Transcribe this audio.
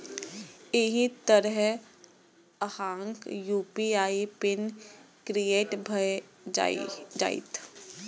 एहि तरहें अहांक यू.पी.आई पिन क्रिएट भए जाएत